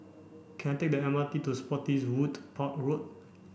can I take the M R T to Spottiswoode Park Road